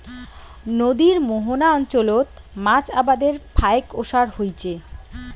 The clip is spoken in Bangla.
নদীর মোহনা অঞ্চলত মাছ আবাদের ফাইক ওসার হইচে